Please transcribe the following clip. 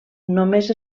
només